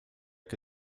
que